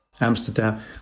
Amsterdam